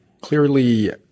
Clearly